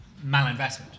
malinvestment